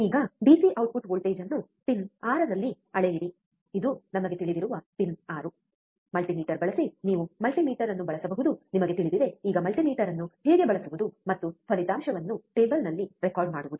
ಈಗ DC output voltage ಅನ್ನು pin 6 ನಲ್ಲಿ ಅಳೆಯಿರಿ ಇದು ನಮಗೆ ತಿಳಿದಿರುವ ಪಿನ್ 6 ಮಲ್ಟಿಮೀಟರ್ ಬಳಸಿ ನೀವು ಮಲ್ಟಿಮೀಟರ್ ಅನ್ನು ಬಳಸಬಹುದು ನಿಮಗೆ ತಿಳಿದಿದೆ ಈಗ ಮಲ್ಟಿಮೀಟರ್ ಅನ್ನು ಹೇಗೆ ಬಳಸುವುದು ಮತ್ತು ಫಲಿತಾಂಶವನ್ನು ಟೇಬಲ್ನಲ್ಲಿ ರೆಕಾರ್ಡ್ ಮಾಡುವುದು